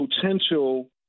potential